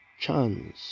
chance